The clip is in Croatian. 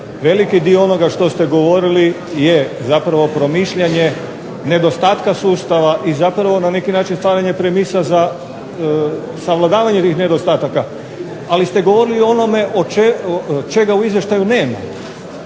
Veliki dio onoga što ste govorili je zapravo promišljanje nedostatka sustava i zapravo na neki način stvaranje premisa za savladavanje tih nedostataka. Ali ste govorili o onome čega u izvještaju nema.